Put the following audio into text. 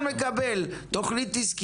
אתה עושה היום תכניות עסקיות בעמותות פרטיות.